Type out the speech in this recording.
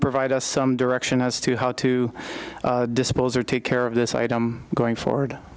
provide us some direction as to how to dispose or take care of this item going forward